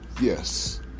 yes